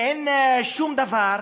אין שום דבר,